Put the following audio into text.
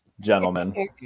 gentlemen